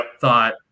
thought